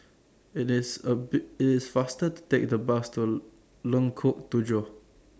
IT IS A Be IT IS faster to Take The Bus to Lengkok Tujoh